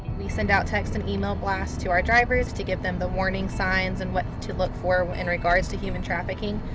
we send out text an email blasts to our drivers to give them the warning signs and what to look for in regards to human trafficking.